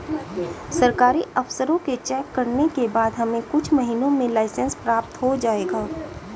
सरकारी अफसरों के चेक करने के बाद हमें कुछ महीनों में लाइसेंस प्राप्त हो जाएगा